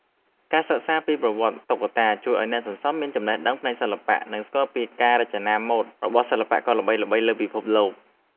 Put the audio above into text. ការសិក្សាពីប្រវត្តិតុក្កតាជួយឱ្យអ្នកសន្សំមានចំណេះដឹងផ្នែកសិល្បៈ និងស្គាល់ពីការរចនាម៉ូដរបស់សិល្បករល្បីៗលើពិភពលោក។